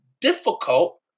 difficult